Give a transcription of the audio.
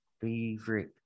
Favorite